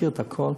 מכיר את הכול,